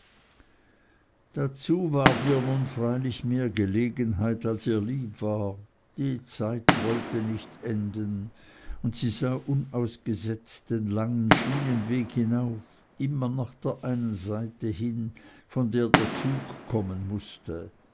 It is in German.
dazu ward ihr nun freilich mehr gelegenheit als ihr lieb war die zeit wollte nicht enden und sie sah unausgesetzt den langen schienenweg hinauf immer nach der einen seite hin von der der zug kommen mußte